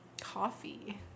coffee